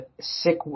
sick